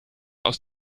aus